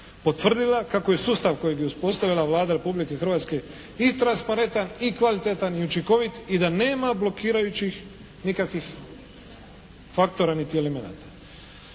potvrdila kako je sustav koji bi uspostavila Vlada Republike Hrvatske i transparentan i kvalitetan i učinkovit i da nema blokirajućih nikakvih faktora niti elemenata.